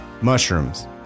mushrooms